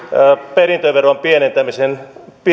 perintöveron pienentämisen